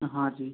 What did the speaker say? हाँ जी